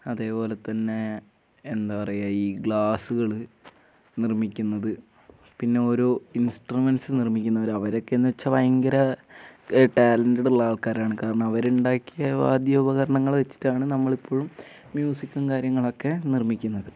അതേപോലെത്തന്നെ എന്താ പറയുക ഈ ഗ്ലാസുകൾ നിർമ്മിക്കുന്നത് പിന്നെ ഓരോ ഇൻസ്ട്രുമെൻറ്സ് നിർമ്മിക്കുന്നവർ അവരൊക്കെ എന്ന് വെച്ചാൽ ഭയങ്കര ടാലൻറ്റഡ് ഉള്ള ആൾക്കാരാണ് കാരണം അവരുണ്ടാക്കിയ വാദ്യോപകരണങ്ങൾ വെച്ചിട്ടാണ് നമ്മളിപ്പോഴും മ്യൂസിക്കും കാര്യങ്ങളൊക്കെ നിർമ്മിക്കുന്നത്